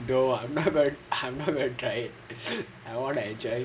don't want I'm not gonna try it I wanna enjoy